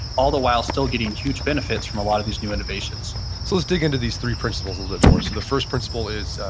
all the while still getting huge benefits from a lot of these new innovations so let's dig into these three principles a little bit more. so the first principle is,